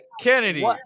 Kennedy